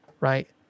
Right